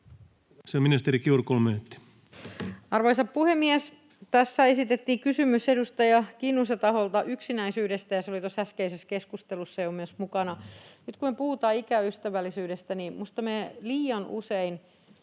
Content: Arvoisa puhemies! Tässä esitettiin kysymys edustaja Kinnusen taholta yksinäisyydestä, ja se oli tuossa äskeisessä keskustelussa jo myös mukana. Nyt kun me puhutaan ikäystävällisyydestä, niin minusta me liian usein